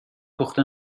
پخته